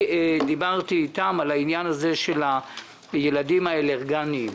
דיברתי איתם על עניין הילדים עם האלרגיות,